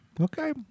Okay